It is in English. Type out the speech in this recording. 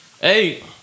hey